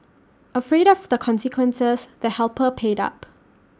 afraid of the consequences the helper paid up